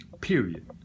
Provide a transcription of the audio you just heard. period